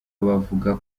bavuga